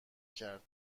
کرد